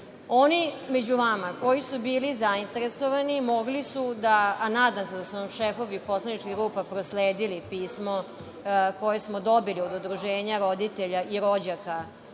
Oni među vama koji su bili zainteresovani, a nadam se da su vam šefovi poslaničkih grupa prosledili pismo koje smo dobili od Udruženja roditelja i rođaka